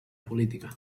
política